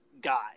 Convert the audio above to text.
guy